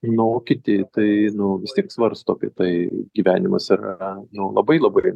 nu o kiti tai nu vis tiek svarsto apie tai gyvenimas yra nu labai labai